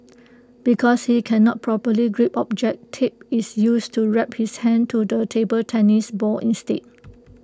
because he cannot properly grip objects tape is used to wrap his hand to the table tennis bat instead